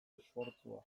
esfortzua